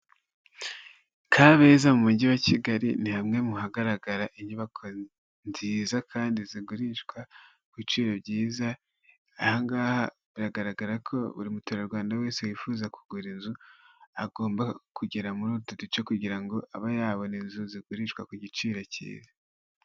Kabeza mu mujyi wa Kigali ni hamwe mu hagaragara inyubako nziza kandi zigurishwa ku biciro byiza, aha ngaha biragaragara ko buri muturarwanda wese wifuza kugura inzu agomba kugera muri utu duce kugira ngo abe yabona inzu zigurishwa ku giciro cyiza.